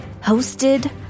hosted